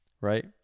right